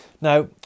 Now